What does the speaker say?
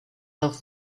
off